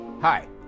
Hi